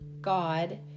God